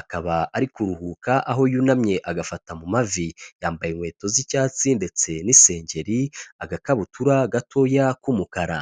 akaba ari kuruhuka aho yunamye agafata mu mavi, yambaye inkweto z'icyatsi ndetse n'isengeri, agakabutura gatoya k'umukara.